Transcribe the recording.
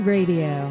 Radio